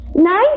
Nine